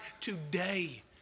today